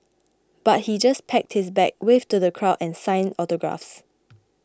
but he just packed his bag waved to the crowd and signed autographs